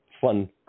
Fun